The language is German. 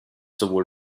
sowohl